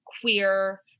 queer